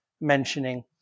mentioning